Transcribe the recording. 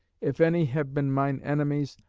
if any have been mine enemies,